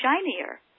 shinier